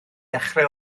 dechrau